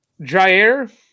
Jair